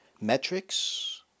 metrics